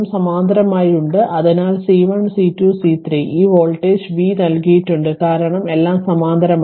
അതിനാൽ C1 C2 C3 ഈ voltage v നൽകിയിട്ടുണ്ട് കാരണം എല്ലാം സമാന്തരമാണ്